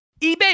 eBay